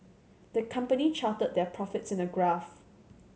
the company charted their profits in a graph